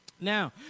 Now